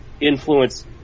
influence